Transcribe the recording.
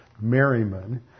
Merriman